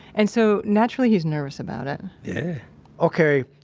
and so, naturally, he's nervous about it yeah ok.